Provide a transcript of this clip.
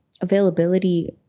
availability